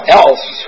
else